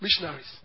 missionaries